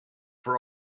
for